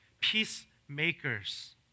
peacemakers